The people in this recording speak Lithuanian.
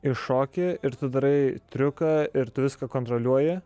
iššoki ir tu darai triuką ir tu viską kontroliuoji